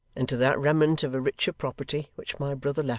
and to that remnant of a richer property which my brother left her,